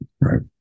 right